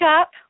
up